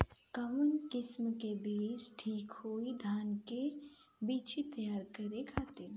कवन किस्म के बीज ठीक होई धान के बिछी तैयार करे खातिर?